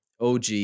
OG